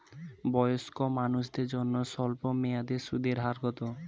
বয়স্ক মানুষদের জন্য স্বল্প মেয়াদে সুদের হার কত?